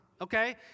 okay